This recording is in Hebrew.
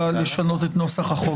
מה שנשאר לנו באמת זה הסבירות.